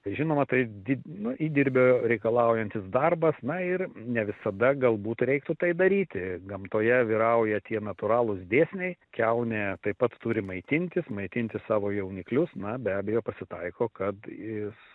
žinoma tai di nu įdirbio reikalaujantis darbas na ir ne visada galbūt reiktų tai daryti gamtoje vyrauja tie natūralūs dėsniai kiaunė taip pat turi maitintis maitinti savo jauniklius na be abejo pasitaiko kad jis